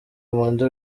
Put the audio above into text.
nkunda